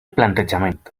plantejament